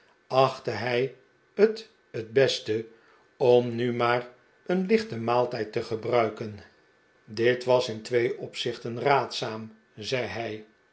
achtte hij het t beste om nu maar een lichten maaltijd te gebruiken dit was in twee opzichten raadzaain zei hij